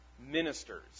ministers